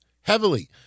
heavily